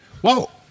Whoa